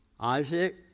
Isaac